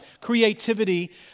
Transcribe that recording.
creativity